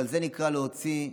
אבל זה נקרא להוציא,